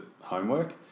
homework